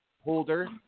holder